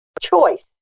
choice